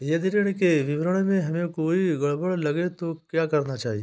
यदि ऋण के विवरण में हमें कोई गड़बड़ लगे तो क्या करना चाहिए?